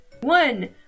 one